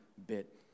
bit